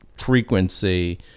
frequency